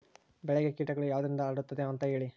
ಬೆಳೆಗೆ ಕೇಟಗಳು ಯಾವುದರಿಂದ ಹರಡುತ್ತದೆ ಅಂತಾ ಹೇಳಿ?